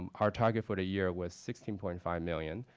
um our target for the year was sixteen point five million